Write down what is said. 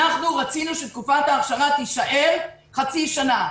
רצינו שתקופת האכשרה תישאר חצי שנה.